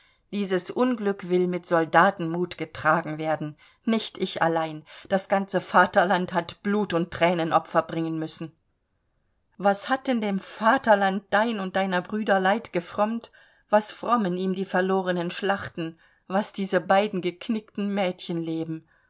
dieses unglück will mit soldatenmut getragen werden nicht ich allein das ganze vaterland hat blut und thränenopfer bringen müssen was hat denn dem vaterland dein und deiner brüder leid gefrommt was frommen ihm die verlorenen schlachten was diese beiden geknickten